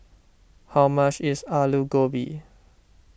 how much is Alu Gobi